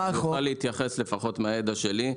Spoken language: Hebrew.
אני יכול להתייחס המידע שלי,